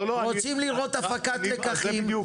רוצים לראות הפקת לקחים,